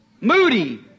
Moody